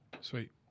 Sweet